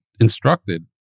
instructed